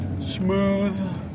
Smooth